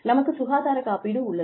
நமக்குச் சுகாதார காப்பீடு உள்ளது